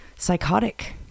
psychotic